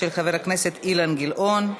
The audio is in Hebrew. של חבר הכנסת אילן גילאון.